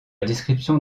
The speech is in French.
description